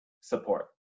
support